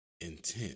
intent